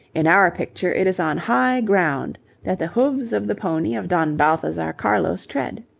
in our picture it is on high ground that the hoofs of the pony of don balthazar carlos tread.